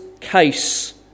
case